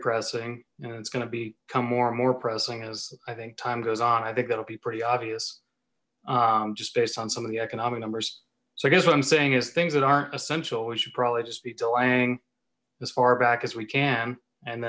pressing and it's gonna be come more more pressing as i think time goes on i think that'll be pretty obvious just based on some of the economic numbers so i guess what i'm saying is things that aren't essential we should probably just be delaying as far back as we can and